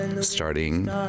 starting